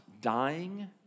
dying